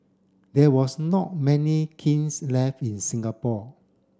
there was not many kilns left in Singapore